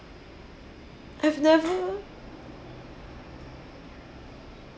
I've never